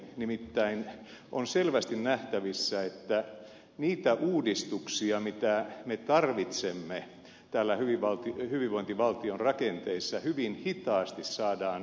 nimittäin on selvästi nähtävissä että niitä uudistuksia mitä me tarvitsemme täällä hyvinvointivaltion rakenteissa hyvin hitaasti saadaan läpi viedyksi